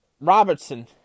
Robertson